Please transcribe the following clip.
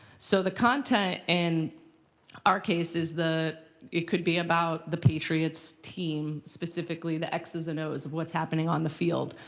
so the content in our case is it could be about the patriots team specifically, the x's and o's of what's happening on the field.